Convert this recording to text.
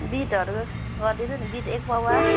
बिटहरू गरिदिनु नि बिट एक पवा